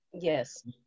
Yes